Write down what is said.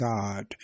God